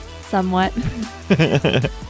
Somewhat